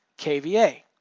kVA